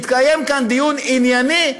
מתקיים כאן דיון ענייני,